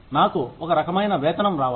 నాకు ఒక రకమైన వేతనం రావాలి